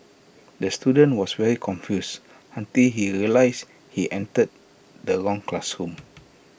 the student was very confused until he realised he entered the wrong classroom